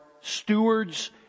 stewards